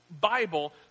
Bible